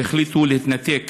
והחליטו להתנתק